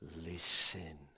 listen